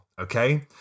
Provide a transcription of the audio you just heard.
okay